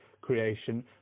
creation